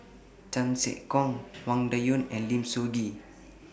Chan Sek Keong Wang Dayuan and Lim Soo Ngee